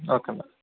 okay madam